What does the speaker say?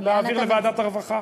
את מציעה להעביר לוועדת הרווחה?